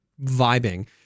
vibing